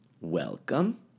welcome